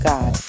God